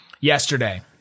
yesterday